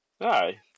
Aye